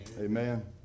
Amen